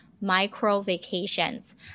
micro-vacations